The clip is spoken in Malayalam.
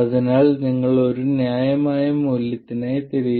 അതിനായി നിങ്ങൾ ഒരു ന്യായമായ മൂല്യത്തിനായി തിരയുന്നു